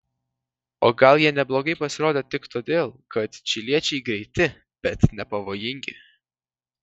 o gal jie neblogai pasirodė tik todėl kad čiliečiai greiti bet nepavojingi